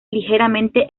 ligeramente